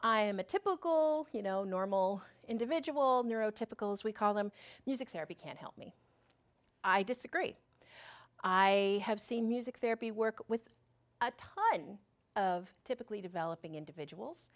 i am a typical you know normal individual neuro typical as we call them music therapy can't help me i disagree i have seen music therapy work with a ton of typically developing individuals